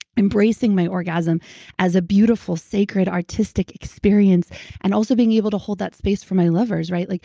embracing my orgasm as a beautiful, sacred, artistic experience and also being able to hold that space for my lovers, right? like